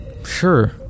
Sure